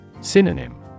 Synonym